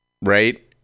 right